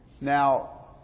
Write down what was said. Now